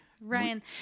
Ryan